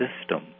system